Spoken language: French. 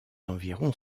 environs